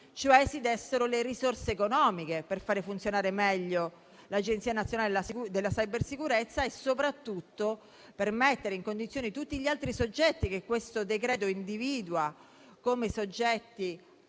che si dessero le risorse economiche per far funzionare meglio l'Agenzia nazionale della cybersicurezza e, soprattutto, per mettere in condizione tutti gli altri soggetti che il provvedimento individua come soggetti